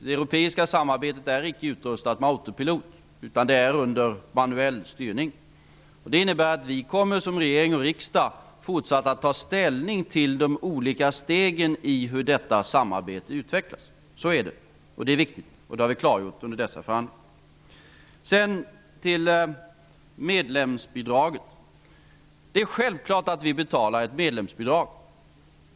Det europeiska samarbetet är icke utrustat med autopilot utan det är under manuell styrning. Det innebär att vi i regering och riksdag fortsatt kommer att ta ställning till hur de olika stegen för detta samarbete skall utvecklas. Det är viktigt, och det har vi klargjort under dessa förhandlingar. När det sedan gäller medlemsbidraget är det självklart att vi betalar ett sådant.